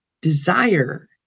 desire